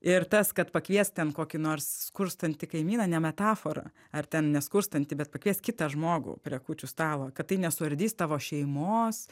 ir tas kad pakviest ten kokį nors skurstantį kaimyną ne metafora ar ten neskurstantį bet pakviest kitą žmogų prie kūčių stalo kad tai nesuardys tavo šeimos